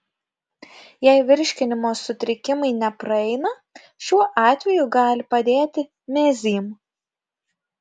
jei virškinimo sutrikimai nepraeina šiuo atveju gali padėti mezym